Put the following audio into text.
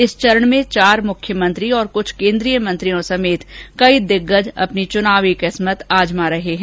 इस चरण में चार मुख्यमंत्री और कुछ कोन्द्रीय मंत्रियों समेत कई दिग्गज अपनी चुनावी किस्मत आजमा रहे हैं